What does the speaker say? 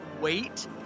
wait